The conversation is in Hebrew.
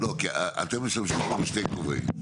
כי אתם משמשים פה בשני כובעים.